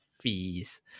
fees